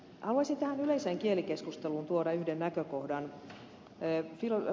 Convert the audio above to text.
haluaisin tähän yleiseen kielikeskusteluun tuoda yhden näkökohdan